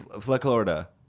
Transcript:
Florida